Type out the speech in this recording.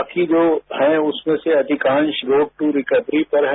बाकी जो हैं उसमें से अधिकांश लोग भी रिकवरी पर हैं